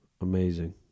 amazing